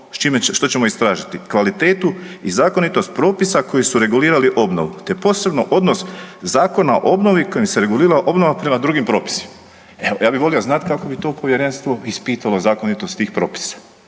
što ćemo istražiti, kvalitetu i zakonitost propisa koji su regulirali obnovu te posebno odnos Zakona o obnovi kojim se regulira obnova prema drugim propisima. Evo ja bih volio znati kako bi to povjerenstvo ispitalo zakonitost tih propisa,